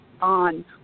on